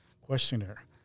questionnaire